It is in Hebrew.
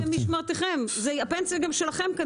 כנראה גם הפנסיה שלכם.